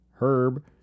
Herb